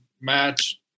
match